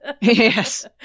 yes